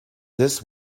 this